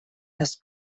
las